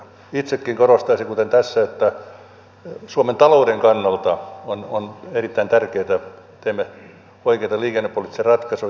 itsekin korostaisin että suomen talouden kannalta on erittäin tärkeätä että teemme oikeita liikennepoliittisia ratkaisuja